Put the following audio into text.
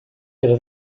ihre